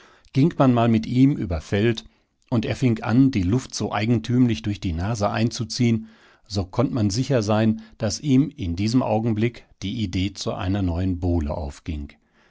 ging man mal mit ihm über feld und er fing an die luft so eigentümlich durch die nase einzuziehen so könnt man sicher sein daß ihm in diesem augenblick die idee zu einer neuen bowle aufging